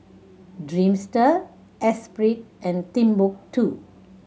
Dreamster Esprit and Timbuk Two